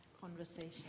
conversation